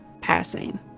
passing